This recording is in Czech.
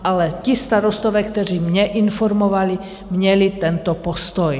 Ale ti starostové, kteří mě informovali, měli tento postoj.